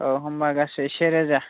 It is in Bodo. अ होमबा गासै से रोजा